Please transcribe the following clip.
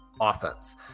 offense